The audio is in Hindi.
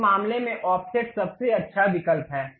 इस मामले में ऑफसेट सबसे अच्छा विकल्प है